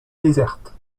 désertes